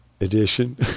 edition